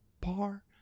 par